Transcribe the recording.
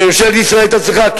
שממשלת ישראל היתה צריכה,